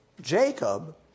Jacob